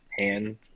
hand